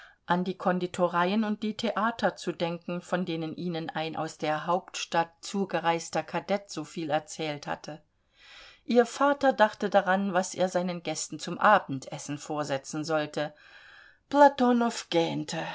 an die konditoreien und die theater zu denken von denen ihnen ein aus der hauptstadt zugereister kadett soviel erzählt hatte ihr vater dachte daran was er seinen gästen zum abendessen vorsetzen sollte platonow